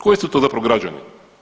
Koji su to zapravo građani?